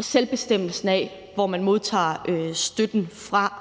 selvbestemmelsen, med hensyn til hvor man modtager støtten fra.